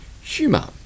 humour